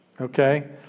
Okay